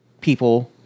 people